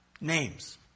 Names